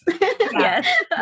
Yes